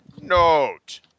Note